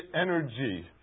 energy